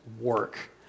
work